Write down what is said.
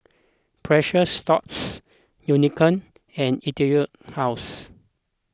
Precious Thots Unicurd and Etude House